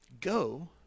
go